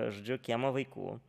žodžiu kiemo vaikų